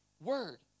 word